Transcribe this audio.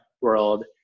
world